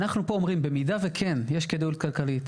אנחנו פה אומרים במידה וכן יש כדאיות כלכלית